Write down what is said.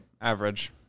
Average